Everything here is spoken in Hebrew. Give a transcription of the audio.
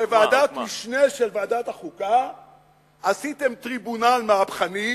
בוועדת המשנה של ועדת החוקה עשיתם טריבונל מהפכני,